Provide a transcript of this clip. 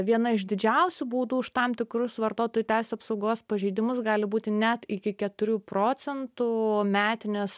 viena iš didžiausių būtų už tam tikrus vartotojų teisių apsaugos pažeidimus gali būti net iki keturių procentų metinės